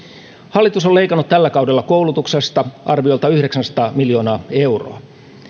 hallitus on leikannut tällä kaudella koulutuksesta arviolta yhdeksänsataa miljoonaa euroa